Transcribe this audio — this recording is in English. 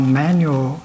manual